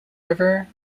river